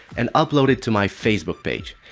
and upload it to my facebook page.